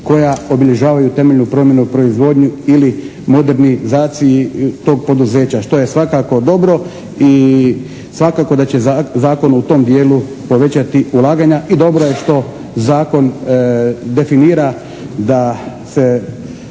koja obilježavaju temeljnu promjenu u proizvodnji ili modernizaciji tog poduzeća, što je svakako dobro. I svakako da će zakon u tom dijelu povećati ulaganja i dobro je što zakon definira da se